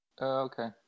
Okay